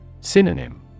Synonym